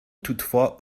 toutefois